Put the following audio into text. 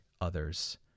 others